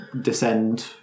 descend